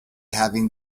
having